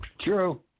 True